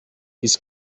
his